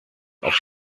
auf